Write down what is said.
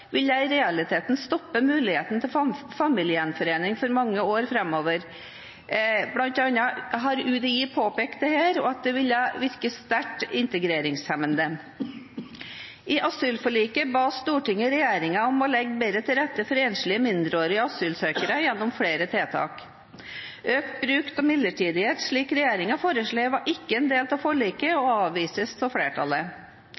ville i realiteten ha stoppet muligheten til familiegjenforening for mange år framover – dette har bl.a. UDI påpekt – og det ville ha virket sterkt integreringshemmende. I asylforliket ba Stortinget regjeringen om å legge bedre til rette for enslige mindreårige asylsøkere gjennom flere tiltak. Økt bruk av midlertidighet, slik regjeringen har foreslått, var ikke en del av forliket